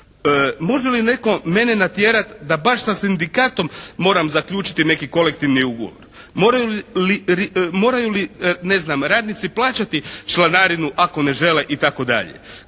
Može li netko mene natjerati da baš sa Sindikatom moram zaključiti neki kolektivni ugovor? Moraju li, ne znam, radnici plaćati članarinu ako ne žele i